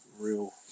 real